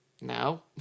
no